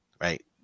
right